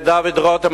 ודוד רותם,